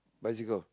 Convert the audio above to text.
bicycle